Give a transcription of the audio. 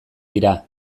dira